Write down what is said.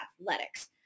athletics